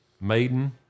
Maiden